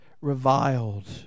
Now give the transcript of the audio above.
reviled